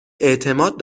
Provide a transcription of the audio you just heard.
اعتماد